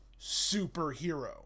superhero